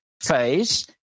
phase